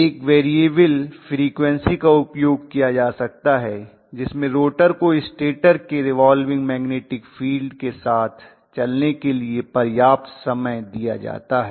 एक variable frequency का उपयोग किया जा सकता है जिसमें रोटर को स्टेटर के रिवाल्विंग मैग्नेटिक फील्ड के साथ चलने के लिए पर्याप्त समय दिया जाता है